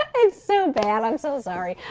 and so bad. i'm so sorry,